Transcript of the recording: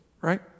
right